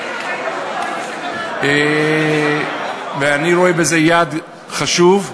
מספיק, ואני רואה בזה יעד חשוב,